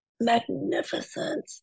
magnificent